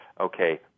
okay